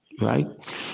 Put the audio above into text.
right